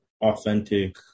authentic